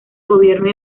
gobierno